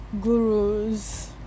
gurus